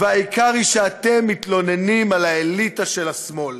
והעיקר הוא שאתם מתלוננים על האליטה של השמאל.